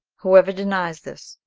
whoever denies this,